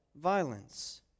violence